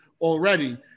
already